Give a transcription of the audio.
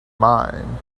mine